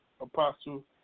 Apostle